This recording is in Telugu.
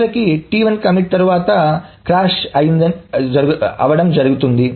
చివరకు కమిట్ T1 తరువాత క్రాష్ అవ్వడం జరుగుతుంది